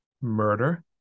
murder